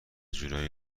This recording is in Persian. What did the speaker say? جورایی